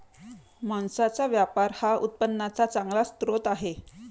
मांसाचा व्यापार हा उत्पन्नाचा चांगला स्रोत आहे